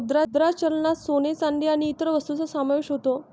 मुद्रा चलनात सोने, चांदी आणि इतर वस्तूंचा समावेश होतो